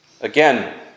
again